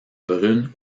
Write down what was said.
brunes